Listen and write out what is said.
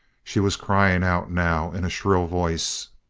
she was crying out, now, in a shrill voice,